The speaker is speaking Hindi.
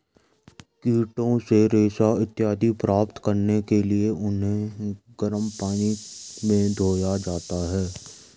कीटों से रेशा इत्यादि प्राप्त करने के लिए उन्हें गर्म पानी में धोया जाता है